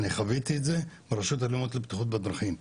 אני חוויתי את זה ברשות הלאומית לבטיחות בדרכים,